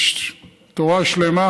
יש תורה שלמה,